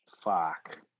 Fuck